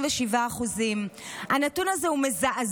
27%. הנתון הזה הוא מזעזע.